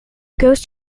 goes